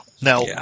Now